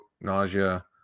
nausea